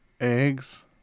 eggs